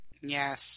yes